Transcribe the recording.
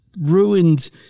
ruined